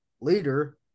leader